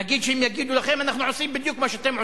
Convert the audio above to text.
נגיד שהם יגידו לכם: אנחנו עושים בדיוק מה שאתם עושים,